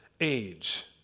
age